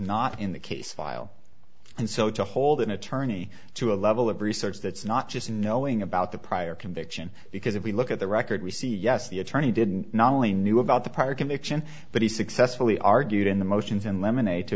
not in the case file and so to hold an attorney to a level of research that's not just in knowing about the prior conviction because if we look at the record we see yes the attorney didn't not only knew about the prior conviction but he successfully argued in the motions and lemonade to